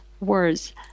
words